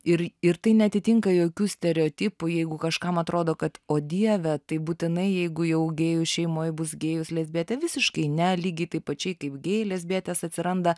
ir ir tai neatitinka jokių stereotipų jeigu kažkam atrodo kad o dieve tai būtinai jeigu jau gėjų šeimoj bus gėjus lesbietė visiškai ne lygiai taip pačiai kaip gėjai lesbietės atsiranda